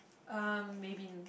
uh maybe